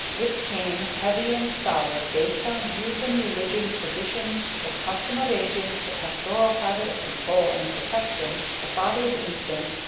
it came, heavy and solid, based on reason, religion, tradition, the custom of ages, the pastoral habit of control and protection, the father's instinct,